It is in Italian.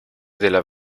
della